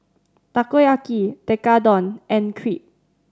Takoyaki Tekkadon and Crepe